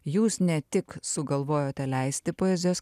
jūs ne tik sugalvojote leisti poezijos